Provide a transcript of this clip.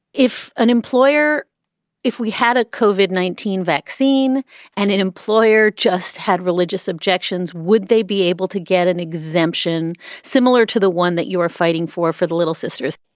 if an employer if we had a cosied nineteen vaccine and an employer just had religious objections, would they be able to get an exemption similar to the one that you are fighting for, for the little sisters?